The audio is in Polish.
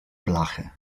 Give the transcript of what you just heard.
blachę